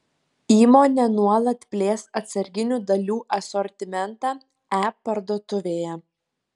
įmonė nuolat plės atsarginių dalių asortimentą e parduotuvėje